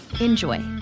Enjoy